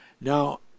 Now